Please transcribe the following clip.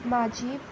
म्हजी